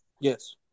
Yes